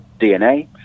DNA